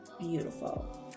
beautiful